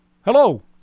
Hello